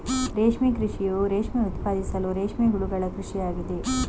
ರೇಷ್ಮೆ ಕೃಷಿಯು ರೇಷ್ಮೆ ಉತ್ಪಾದಿಸಲು ರೇಷ್ಮೆ ಹುಳುಗಳ ಕೃಷಿ ಆಗಿದೆ